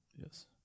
Yes